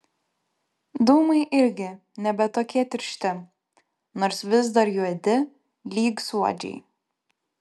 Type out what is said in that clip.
dūmai irgi nebe tokie tiršti nors vis dar juodi lyg suodžiai